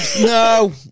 No